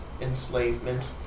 enslavement